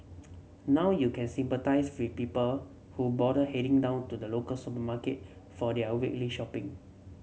now you can sympathise with people who bother heading down to the local supermarket for their weekly shopping